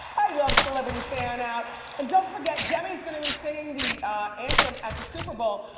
i love celebrity fan out. and don't forget, demi's gonna be singing the anthem at the super bowl.